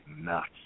nuts